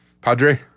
padre